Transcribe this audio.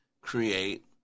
create